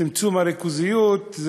צמצום הריכוזיות,